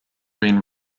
been